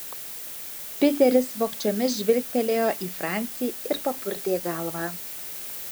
piteris vogčiomis žvilgtelėjo į francį ir papurtė galvą